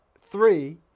three